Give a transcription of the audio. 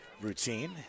routine